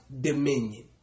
dominion